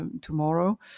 tomorrow